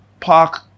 park